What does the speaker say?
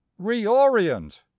Reorient